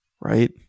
Right